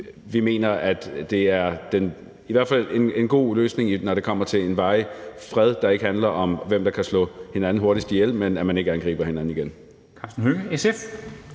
vi mener, at det er en god løsning, når det kommer til en varig fred, der ikke handler om, hvem der kan slå hinanden hurtigst ihjel, men at man ikke angriber hinanden igen.